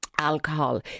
alcohol